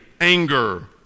anger